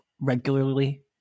regularly